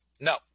No